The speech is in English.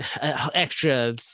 extra